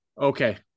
okay